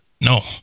No